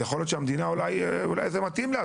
אז יכול להיות שהמדינה אולי זה מתאים לה.